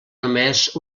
només